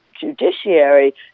judiciary